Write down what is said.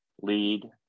lead